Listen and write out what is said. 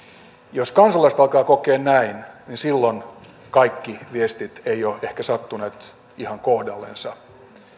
jos kansalaiset alkavat kokea näin niin silloin kaikki viestit eivät ole ehkä sattuneet ihan kohdallensa